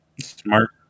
smart